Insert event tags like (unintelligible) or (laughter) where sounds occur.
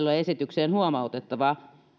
(unintelligible) ole esitykseen huomautettavaa